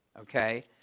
okay